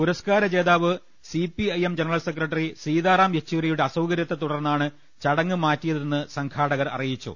പുരസ്കാര ജേതാവ് C P I M general secretary Sitaram യെച്ചൂരിയുടെ അസൌകരൃത്തെതുടർന്നാണ് ചടങ്ങ് മാറ്റിയതെന്ന് സംഘാടകർ അറിയിച്ചു